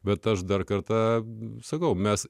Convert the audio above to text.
bet aš dar kartą sakau mes